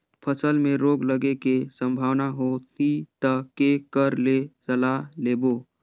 फसल मे रोग लगे के संभावना होही ता के कर ले सलाह लेबो?